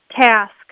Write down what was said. task